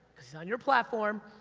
cause he's on your platform,